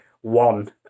one